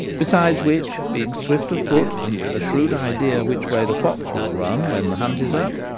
besides which, being swift of foot, and with a shrewd idea which way the fox will run when the hunt is up,